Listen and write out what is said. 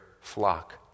flock